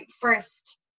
first